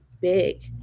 big